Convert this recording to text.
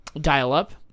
dial-up